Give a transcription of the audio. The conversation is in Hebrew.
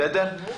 בסדר?